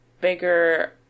bigger